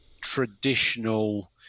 traditional